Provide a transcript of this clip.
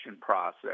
process